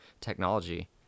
technology